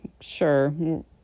sure